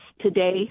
today